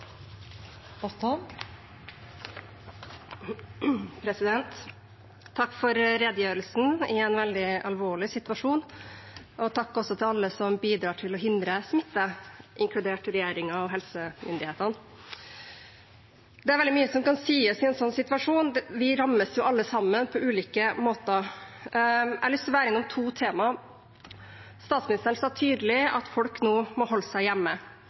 Takk for redegjørelsen i en veldig alvorlig situasjon, og takk også til alle som bidrar til å hindre smitte, inkludert regjeringen og helsemyndighetene. Det er veldig mye som kan sies i en sånn situasjon. Vi rammes jo alle sammen på ulike måter. Jeg har lyst til å ta opp to temaer. Statsministeren sa tydelig at folk nå må holde seg hjemme.